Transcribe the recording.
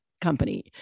Company